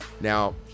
Now